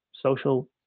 social